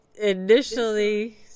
initially